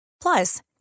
Plus